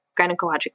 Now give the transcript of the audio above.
gynecologic